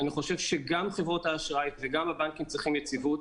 אני חושב שגם חברות האשראי וגם הבנקים צריכים יציבות.